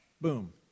Boom